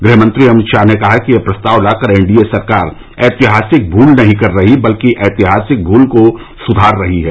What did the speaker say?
गृहमंत्री अमित शाह ने कहा कि यह प्रस्ताव लाकर एन डी ए सरकार ऐतिहासिक भूल नहीं कर रही बल्कि ऐतिहासिक भूल को सुधार रही है